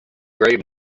grave